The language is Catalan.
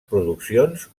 produccions